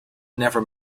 never